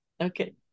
okay